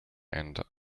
and